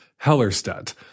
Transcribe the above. Hellerstedt